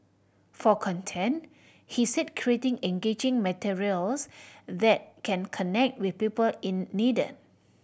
for content he said creating engaging materials that can connect with people in needed